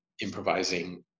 improvising